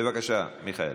בבקשה, מיכאל.